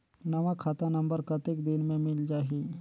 नवा खाता नंबर कतेक दिन मे मिल जाही?